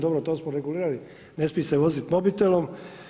Dobro to smo regulirali, ne smi se vozit mobitelom.